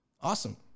awesome